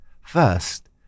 First